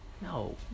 No